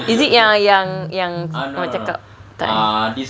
is it yang yang yang safian cakap tak eh